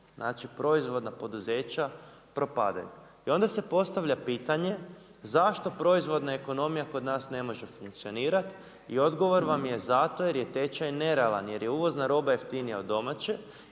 Znači, proizvodna poduzeća propadaju. I onda se postavlja pitanje zašto proizvodna ekonomija kod nas ne može funkcionirati? I odgovor vam je zato jer je tečaj nerealan, jer je uvozna roba jeftinija od domaće